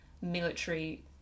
military